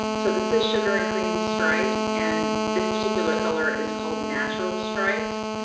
so this is sugar-and-cream stripes, and this particular color is called natural stripes.